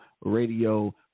radio